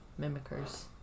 mimickers